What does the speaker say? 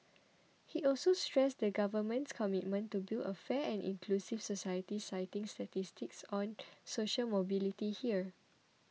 he also stressed the Government's commitment to build a fair and inclusive society citing statistics on social mobility here